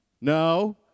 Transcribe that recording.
No